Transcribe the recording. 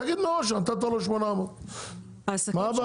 תגיד מראש שנתת לו 800,000 ₪, מה הבעיה?